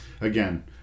again